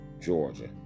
Georgia